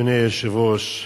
אדוני היושב-ראש,